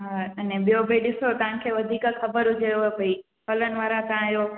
हा अने ॿियों भई ॾिसो तव्हांखे वधीक ख़बर हुजेव भई फलनि वारा तव्हां आहियो